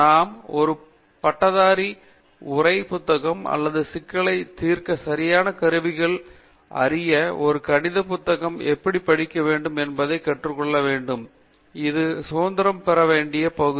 நாம் ஒரு பட்டதாரி உரை புத்தகம் அல்லது ஒரு சிக்கலை தீர்க்க சரியான கருவிகள் அறிய ஒரு கணித புத்தகம் எப்படி படிக்க வேண்டும் என்பதை கற்று கொள்ள முடியும் இது சுதந்திரம் பெற வேண்டிய பகுதி